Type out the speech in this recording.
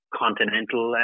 continental